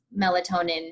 melatonin